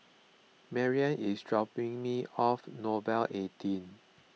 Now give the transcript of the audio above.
Marrion is dropping me off Nouvel eighteen